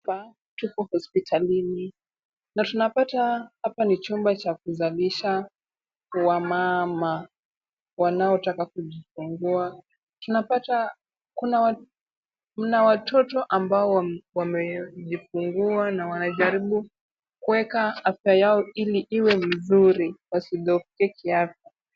Hapa, tuko hospitalini na tunapata hapa ni chumba cha kuzalisha wamama wanaotaka kujifungua. Tunapata kuna watoto ambao wamejifungua na wanajaribu kuweka afya yao ili iwe mzuri wasidhoofike kiafya.